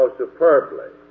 superbly